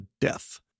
death